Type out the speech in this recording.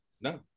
No